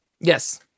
Yes